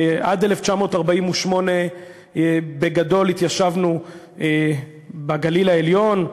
עד 1948, בגדול, התיישבנו בגליל העליון,